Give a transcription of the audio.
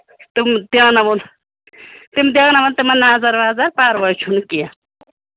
تِم پیٛاوٕناوَن تِم دٮ۪وٕناون تِمن نظر وظر پَرواے چھُنہٕ کیٚنٛہہ